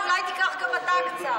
ואולי תיקח גם אתה קצת.